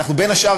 בין השאר,